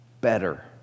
better